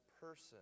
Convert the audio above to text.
person